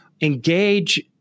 engage